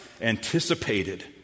anticipated